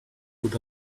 could